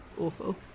awful